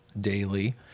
daily